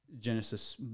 Genesis